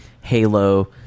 Halo